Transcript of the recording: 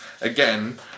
again